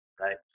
right